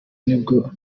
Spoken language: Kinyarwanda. nibwo